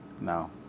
no